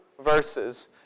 verses